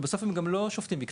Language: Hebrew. ובסוף הם גם לא שופטים מקצועיים.